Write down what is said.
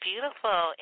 beautiful